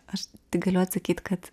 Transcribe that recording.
aš tik galiu atsakyt kad